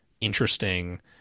interesting